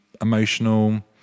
emotional